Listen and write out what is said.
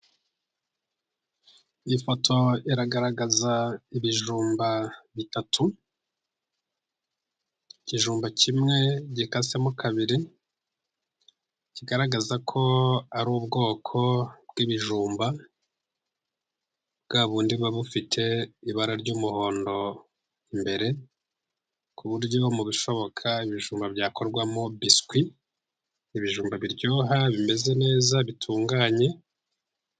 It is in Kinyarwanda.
Iyi foto iragaragaza ibijumba bitatu. Ikijumba kimwe gikasemo kabiri, kigaragaza ko ari ubwoko bw'ibijumba bwa bundi buba bufite ibara ry'umuhondo imbere, ku buryo mu bishoboka ibijumba byakorwamo biswi. Ibijumba biryoha bimeze neza bitunganye.